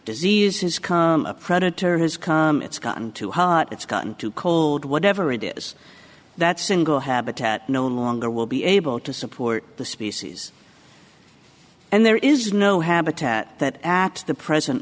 diseases come a predator has come it's gotten too hot it's gotten too cold whatever it is that single habitat no longer will be able to support the species and there is no habitat that at the present